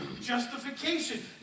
justification